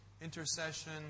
intercession